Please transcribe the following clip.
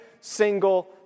single